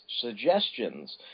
suggestions